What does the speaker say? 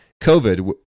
COVID